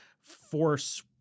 force